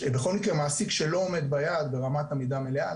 אז אפשר לראות שששים ואחד אחוזים עומדים ברמת עמידה מלאה,